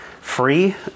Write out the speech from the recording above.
free